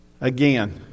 again